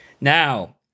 Now